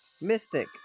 Mystic